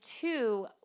two